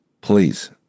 please